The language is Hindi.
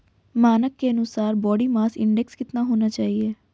मानक के अनुसार बॉडी मास इंडेक्स कितना होना चाहिए?